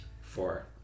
Four